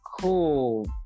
cool